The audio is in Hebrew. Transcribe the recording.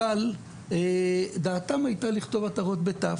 אבל דעתם הייתה לכתוב עטרות ב-ת'.